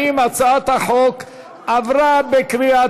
ההצעה להעביר את הצעת חוק הגנה על בריאות הציבור (מזון)